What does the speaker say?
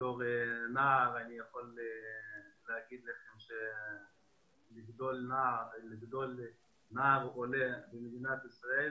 כנער אני יכול לומר לכם שלגדול כנער עולה במדינת ישראל,